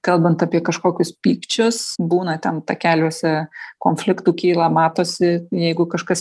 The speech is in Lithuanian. kalbant apie kažkokius pykčius būna ten takeliuose konfliktų kyla matosi jeigu kažkas